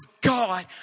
God